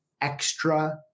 extra